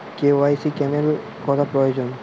KYC cancel করা প্রয়োজন?